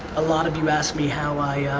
a lot of you ask me how i